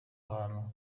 hantu